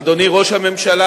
אדוני ראש הממשלה,